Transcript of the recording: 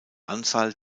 anzahl